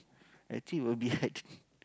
I think it will be hard